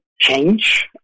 change